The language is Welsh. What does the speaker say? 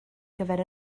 gyfer